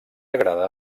agrada